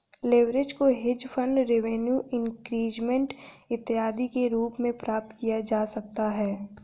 leverage को hedge fund revenue increasement इत्यादि के रूप में प्राप्त किया जा सकता है